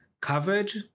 Coverage